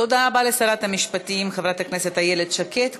תודה רבה לשרת המשפטים חברת הכנסת אילת שקד.